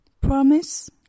promise